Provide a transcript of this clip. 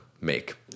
make